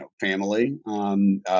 family